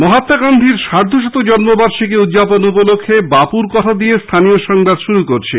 মহাত্মা গান্ধীর সার্ধশত জন্মবার্ষিকী উদযাপন উপলক্ষে বাপুর কথা দিয়ে স্থানীয় সংবাদ শুরু করছি